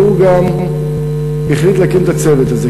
והוא גם החליט להקים את הצוות הזה,